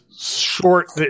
short